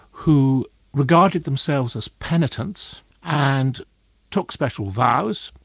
who regarded themselves as penitents and took special vows,